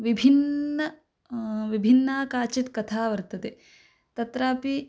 विभिन्नं विभिन्ना काचित् कथा वर्तते तत्रापि